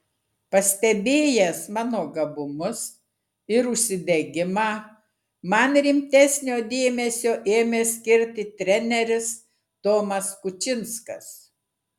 pastebėjęs mano gabumus ir užsidegimą man rimtesnio dėmesio ėmė skirti treneris tomas kučinskas